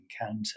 encounter